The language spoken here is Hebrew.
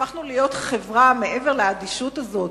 הפכנו להיות חברה אלימה, מעבר לאדישות הזאת,